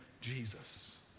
Jesus